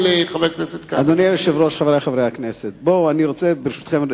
אדוני היושב-ראש, חברי חברי הכנסת, ברשותכם,